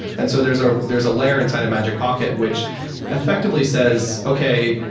and so there's ah there's a layer inside of magic pocket which effectively says, okay.